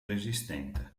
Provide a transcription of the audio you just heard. resistente